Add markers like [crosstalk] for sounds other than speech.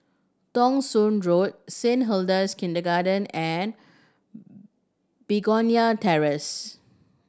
Thong Soon [unintelligible] Saint Hilda's Kindergarten and Begonia Terrace